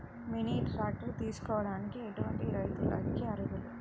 Mini tractor తీసుకోవడానికి ఎటువంటి రైతులకి అర్హులు?